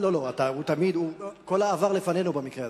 לא, הוא תמיד, כל העבר לפנינו במקרה הזה.